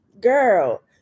Girl